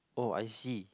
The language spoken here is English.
oh I see